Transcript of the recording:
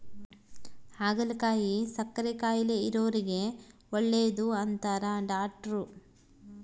ಹಾಗಲಕಾಯಿ ಸಕ್ಕರೆ ಕಾಯಿಲೆ ಇರೊರಿಗೆ ಒಳ್ಳೆದು ಅಂತಾರ ಡಾಟ್ರು